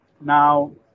Now